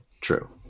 True